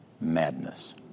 madness